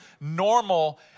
normal